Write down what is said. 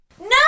No